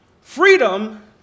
freedom